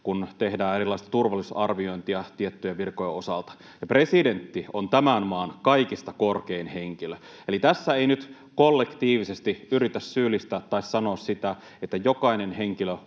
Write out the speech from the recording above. kun tehdään erilaista turvallisuusarviointia tiettyjen virkojen osalta. Presidentti on tämän maan kaikista korkein henkilö. Eli tässä ei nyt kollektiivisesti pyritä syyllistämään tai sanomaan sitä, että jokainen henkilö